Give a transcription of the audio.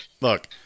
Look